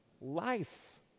life